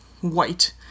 white